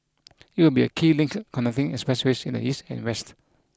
it will be a key link connecting expressways in the east and west